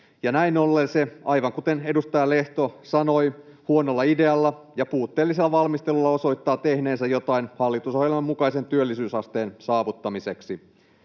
näin ollen hallitus, aivan kuten edustaja Lehto sanoi, huonolla idealla ja puutteellisella valmistelulla osoittaa tehneensä jotain hallitusohjelman mukaisen työllisyysasteen saavuttamiseksi.